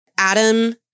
Adam